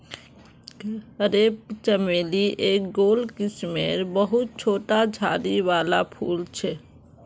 crepe चमेली एक गोल किस्मेर बहुत छोटा झाड़ी वाला फूल छे